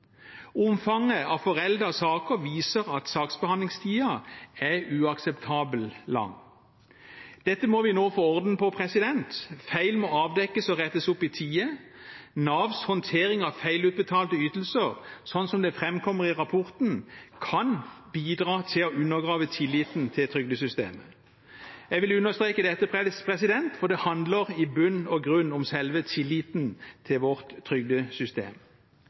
Omfanget av foreldede saker viser at saksbehandlingstiden er uakseptabelt lang. Dette må vi nå få orden på. Feil må avdekkes og rettes opp i tide. Navs håndtering av feilutbetalte ytelser, slik det framkommer i rapporten, kan bidra til å undergrave tilliten til trygdesystemet. Jeg vil understreke dette, for det handler i bunn og grunn om selve tilliten til vårt